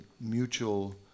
Mutual